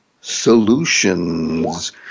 Solutions